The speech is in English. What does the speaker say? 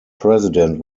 president